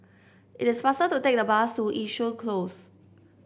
it is faster to take the bus to Yishun Close